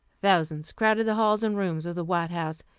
thousands crowded the halls and rooms of the white house,